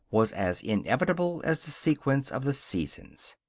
was as inevitable as the sequence of the seasons.